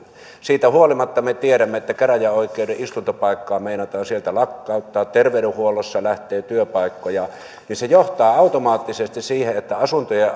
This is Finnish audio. siitä huolimatta me tiedämme että käräjäoikeuden istuntopaikkaa meinataan sieltä lakkauttaa terveydenhuollosta lähtee työpaikkoja mikä johtaa automaattisesti siihen että asuntojen